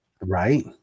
Right